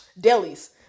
delis